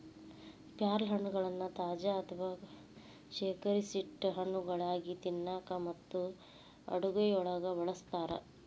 ಪ್ಯಾರಲಹಣ್ಣಗಳನ್ನ ತಾಜಾ ಅಥವಾ ಶೇಖರಿಸಿಟ್ಟ ಹಣ್ಣುಗಳಾಗಿ ತಿನ್ನಾಕ ಮತ್ತು ಅಡುಗೆಯೊಳಗ ಬಳಸ್ತಾರ